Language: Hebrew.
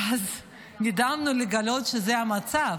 ואז נדהמנו לגלות שזה המצב.